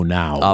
now